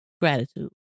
gratitude